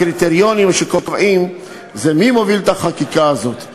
הקריטריונים שקובעים זה מי מוביל את החקיקה הזאת.